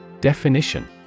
Definition